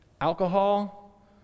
alcohol